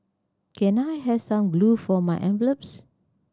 can I have some glue for my envelopes